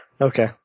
Okay